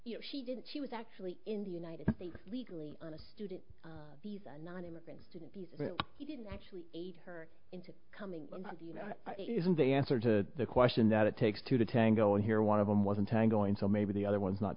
you know she didn't she was actually in the united states legally on a student visa nonimmigrant student visa he didn't actually aid her into coming and the answer to the question that it takes two to tango and here one of them wasn't tangoing so maybe the other ones not